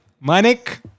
Manik